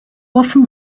often